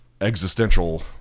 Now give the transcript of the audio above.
existential